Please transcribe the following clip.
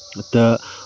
تہٕ